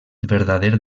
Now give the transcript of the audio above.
verdader